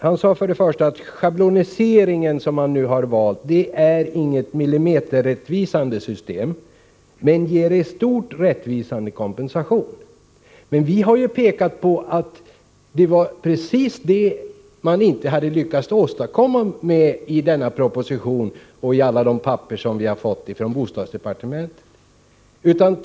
Han sade bl.a. att den schablonisering som regeringen har valt inte är något millimeterrättvist system, men att det i stort ger rättviskompensation. Vi har emellertid pekat på att det var precis det som regeringen inte hade lyckats åstadkomma i den nu aktuella propositionen eller i alla de papper som vi har fått från bostadsdepartementet.